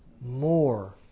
More